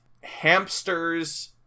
hamsters